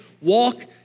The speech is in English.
walk